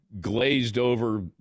glazed-over